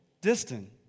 distant